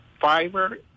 fiber